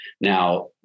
Now